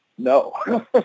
No